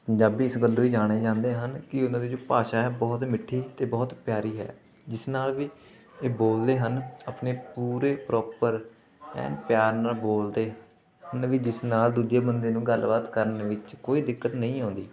ਪੰਜਾਬੀ ਇਸ ਗੱਲੋਂ ਵੀ ਜਾਣੇ ਜਾਂਦੇ ਹਨ ਕਿ ਉਹਨਾਂ ਦੀ ਜੋ ਭਾਸ਼ਾ ਹੈ ਬਹੁਤ ਮਿੱਠੀ ਅਤੇ ਬਹੁਤ ਪਿਆਰੀ ਹੈ ਜਿਸ ਨਾਲ ਵੀ ਇਹ ਬੋਲਦੇ ਹਨ ਆਪਣੇ ਪੂਰੇ ਪ੍ਰੋਪਰ ਐਨ ਪਿਆਰ ਨਾਲ ਬੋਲਦੇ ਕਹਿੰਦੇ ਵੀ ਜਿਸ ਨਾਲ ਦੂਜੇ ਬੰਦੇ ਨੂੰ ਗੱਲਬਾਤ ਕਰਨ ਵਿੱਚ ਕੋਈ ਦਿੱਕਤ ਨਹੀਂ ਆਉਂਦੀ